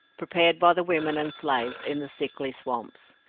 prepared by the women and slaves in the sickly swamps.